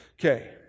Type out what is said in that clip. Okay